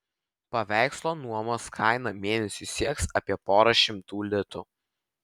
paveikslo nuomos kaina mėnesiui sieks apie porą šimtų litų